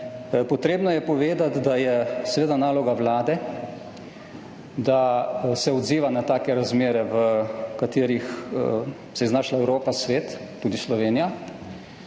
Potrebno je povedati, da je seveda naloga vlade, da se odziva na take razmere, v katerih se je znašla Evropa, svet, tudi Slovenija.